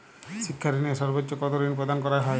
শিক্ষা ঋণে সর্বোচ্চ কতো ঋণ প্রদান করা হয়?